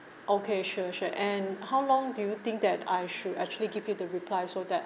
okay sure sure and how long do you think that I should actually give you the reply so that